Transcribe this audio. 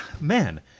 man